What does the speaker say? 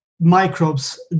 microbes